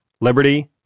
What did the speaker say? liberty